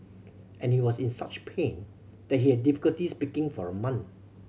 and he was in such pain that he had difficulty speaking for a month